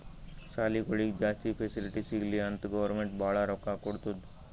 ಸಾಲಿಗೊಳಿಗ್ ಜಾಸ್ತಿ ಫೆಸಿಲಿಟಿ ಸಿಗ್ಲಿ ಅಂತ್ ಗೌರ್ಮೆಂಟ್ ಭಾಳ ರೊಕ್ಕಾ ಕೊಡ್ತುದ್